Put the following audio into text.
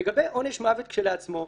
לגבי עונש המוות כשלעצמו,